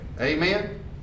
Amen